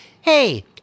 hey